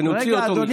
ונוציא אותו משם.